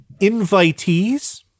invitees